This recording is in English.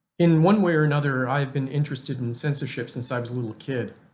in one way or another i have been interested in censorship since i was a little kid,